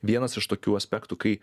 vienas iš tokių aspektų kai